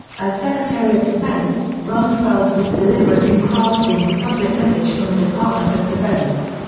as secretary of defense, rumsfeld was deliberate in crafting the public message from the department of defense.